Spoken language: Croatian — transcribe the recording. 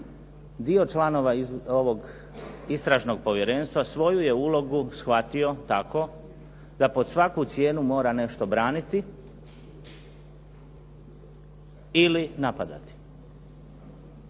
dio članova ovog Istražnog povjerenstva svoju je ulogu shvatio tako da pod svaku cijenu mora nešto braniti ili napadati.